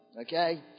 Okay